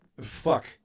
fuck